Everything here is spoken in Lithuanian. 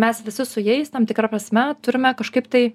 mes visi su jais tam tikra prasme turime kažkaip tai